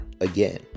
again